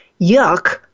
yuck